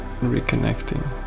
reconnecting